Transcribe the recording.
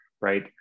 right